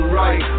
right